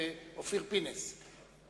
ואופיר פינס-פז.